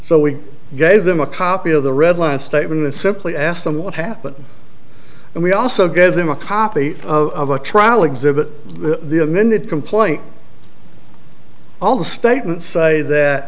so we gave them a copy of the readline statement and simply asked them what happened and we also gave them a copy of a trial exhibit the amended complaint all the statements say that